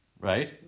Right